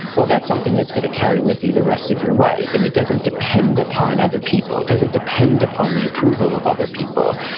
well that's something that's going to carry with you the rest of your life. and it doesn't depend upon other people. it doesn't depend upon the approval of other people.